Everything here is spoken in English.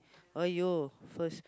!aiyo! first